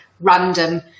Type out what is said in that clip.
random